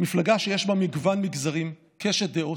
מפלגה שיש בה מגוון מגזרים, קשת דעות,